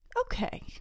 Okay